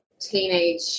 teenage